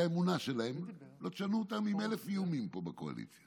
זו האמונה שלהם ולא תשנו אותם עם אלף איומים פה בקואליציה.